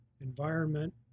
environment